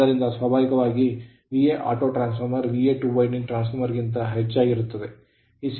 ಆದ್ದರಿಂದ ಸ್ವಾಭಾವಿಕವಾಗಿ auto two winding transformer ಗಿಂತ ಹೆಚ್ಚಾಗಿರುತ್ತದೆ